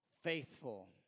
Faithful